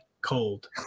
cold